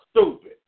stupid